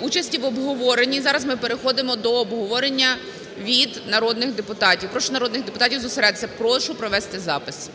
участі в обговоренні. Зараз ми переходимо до обговорення від народних депутатів. Прошу народних депутатів зосередитися. Прошу провести запис.